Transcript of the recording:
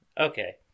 Okay